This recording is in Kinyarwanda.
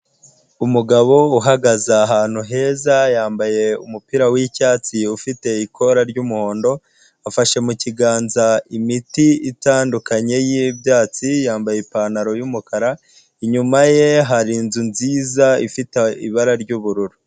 Umugabo uhagaze ahantu heza yambaye umupira w'icyatsi ufite ikora ry'umuhondo, afashe mu kiganza imiti itandukanye y'ibyatsi, yambaye ipantaro y'umukara inyuma ye hari inzu nziza ifite ibara ry'ubururu.